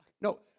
No